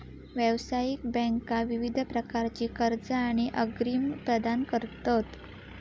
व्यावसायिक बँका विविध प्रकारची कर्जा आणि अग्रिम प्रदान करतत